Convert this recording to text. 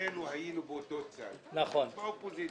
שנינו היינו באותו צד, באופוזיציה.